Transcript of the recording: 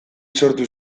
sortu